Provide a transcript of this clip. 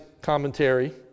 commentary